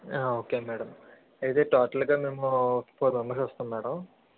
okay madam ఇది total గా మేము ఫోర్ మెంబర్స్ వస్తాం మ్యాడం